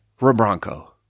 Rebronco